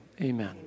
amen